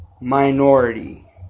minority